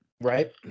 Right